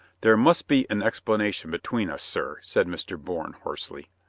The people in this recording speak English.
there must be an explanation between us, sir, said mr. bourne hoarsely.